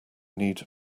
need